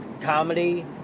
comedy